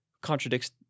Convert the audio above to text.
contradicts